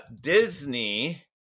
Disney